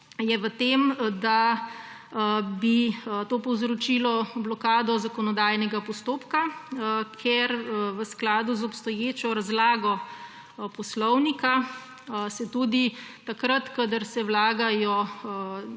je v tem, da bi to povzročilo blokado zakonodajnega postopka, ker v skladu z obstoječo razlago poslovnika se tudi takrat, kadar se vlagajo